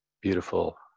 beautiful